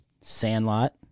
Sandlot